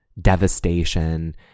devastation